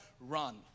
run